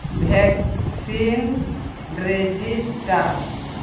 vaccine register